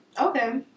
Okay